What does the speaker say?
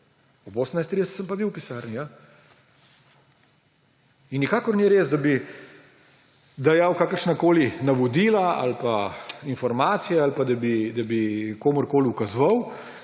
Ob 18.30 sem pa bil v pisarni. In nikakor ni res, da bi dajal kakršnakoli navodila ali pa informacije ali da bi komurkoli ukazoval.